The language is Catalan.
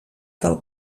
del